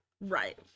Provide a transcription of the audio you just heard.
right